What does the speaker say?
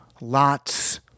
lots